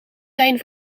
zijn